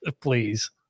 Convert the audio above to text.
please